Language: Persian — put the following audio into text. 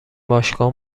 باشگاه